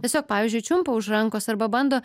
tiesiog pavyzdžiui čiumpa už rankos arba bando